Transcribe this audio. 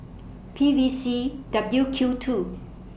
P V C W Q two